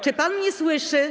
Czy pan mnie słyszy?